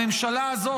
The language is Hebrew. הממשלה הזאת,